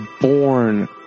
born